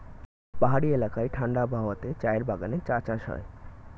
পাহাড়ি এলাকায় ঠাণ্ডা আবহাওয়াতে চায়ের বাগানে চা চাষ হয়